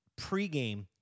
pregame